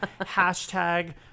Hashtag